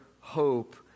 hope